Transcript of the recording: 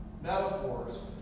metaphors